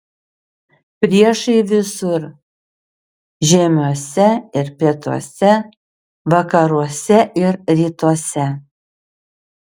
priešai visur žiemiuose ir pietuose vakaruose ir rytuose